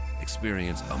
Experience